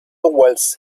whilst